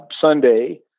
Sunday